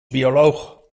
bioloog